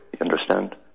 understand